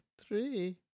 three